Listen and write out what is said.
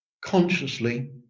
consciously